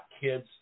kids